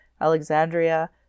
Alexandria